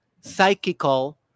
psychical